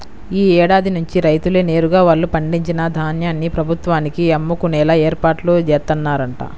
యీ ఏడాది నుంచి రైతులే నేరుగా వాళ్ళు పండించిన ధాన్యాన్ని ప్రభుత్వానికి అమ్ముకునేలా ఏర్పాట్లు జేత్తన్నరంట